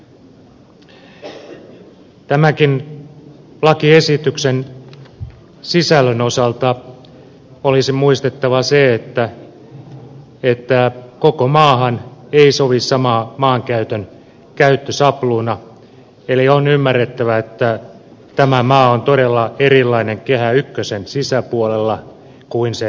tämänkin lakiesityksen sisällön osalta olisi muistettava se että koko maahan ei sovi sama maankäytön käyttösapluuna eli on ymmärrettävä että tämä maa on todella erilainen kehä ykkösen sisäpuolella kuin sen ulkopuolella